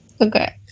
Okay